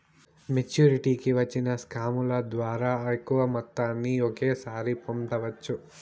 మెచ్చురిటీకి వచ్చిన స్కాముల ద్వారా ఎక్కువ మొత్తాన్ని ఒకేసారి పొందవచ్చు